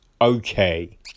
Okay